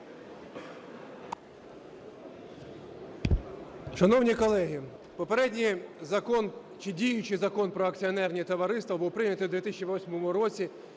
Шановні колеги, попередній закон чи діючий Закон "Про акціонерні товариства" був прийнятий в 2008 році